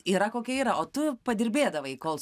yra kokia yra o tu padirbėdavai kol